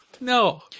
No